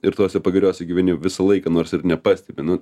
ir tose pagiriose gyveni visą laiką nors ir nepastebi nu